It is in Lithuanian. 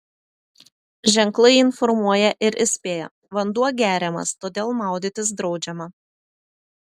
ženklai informuoja ir įspėja vanduo geriamas todėl maudytis draudžiama